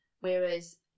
Whereas